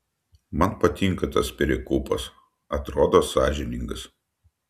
man patinka tas perekūpas atrodo sąžiningas